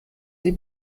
sie